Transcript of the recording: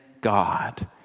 God